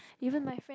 even my friend